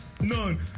None